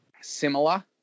similar